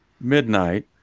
midnight